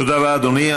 תודה רבה, אדוני.